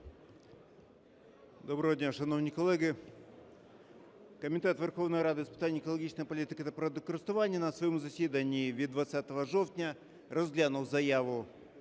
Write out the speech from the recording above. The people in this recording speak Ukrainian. Доброго дня, шановні колеги! Комітет Верховної Ради з питань екологічної політики та природокористування на своєму засіданні від 20 жовтня розглянув заяву